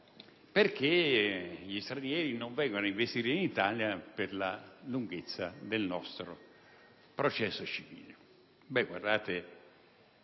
quanto gli stranieri non vengono ad investire in Italia per la lunghezza del nostro processo civile. Guardate